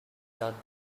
taught